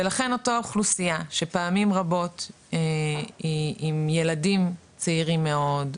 ולכן אותה אוכלוסייה שפעמים רבות היא עם ילדים צעירים מאד,